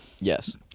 Yes